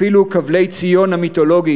אפילו "כבלי ציון" המיתולוגי